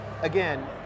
again